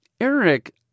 Eric –